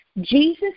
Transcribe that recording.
Jesus